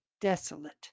desolate